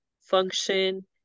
function